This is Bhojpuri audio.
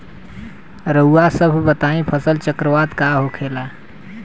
रउआ सभ बताई फसल चक्रवात का होखेला?